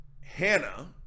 Hannah